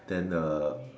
then uh